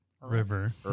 River